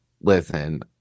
Listen